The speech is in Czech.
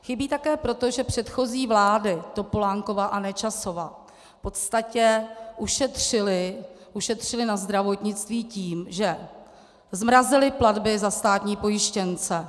Chybí také proto, že předchozí vlády, Topolánkova a Nečasova, v podstatě ušetřily na zdravotnictví tím, že zmrazily platby za státní pojištěnce.